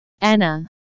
Anna